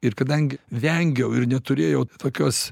ir kadangi vengiau ir neturėjau tokios